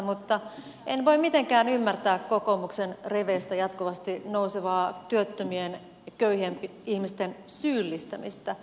mutta en voi mitenkään ymmärtää kokoomuksen riveistä jatkuvasti nousevaa työttömien köyhien ihmisten syyllistämistä